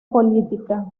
política